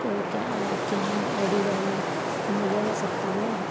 تو کیا آپ کے یہاں اوڈی گاڑی مہیا ہو سکتی ہے